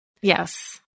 Yes